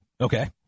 Okay